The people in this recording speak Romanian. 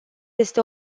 este